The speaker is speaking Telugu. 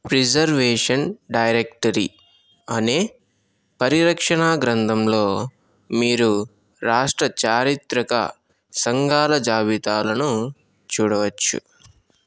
ప్రిజర్వేషన్ డైరెక్టరి అనే పరిరక్షణా గ్రంధంలో మీరు రాష్ట్ర చారిత్రక సంఘాల జాబితాలను చూడవచ్చు